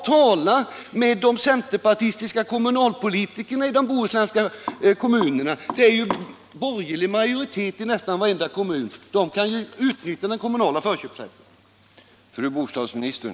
Tala med de centerpartistiska kommunalpolitikerna i de bohuslänska kommunerna — det är ju borgerlig majoritet i nästan varenda kommun i Bohuslän och de kan utnyttja den kommunala förköpsrätten.